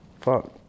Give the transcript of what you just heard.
Fuck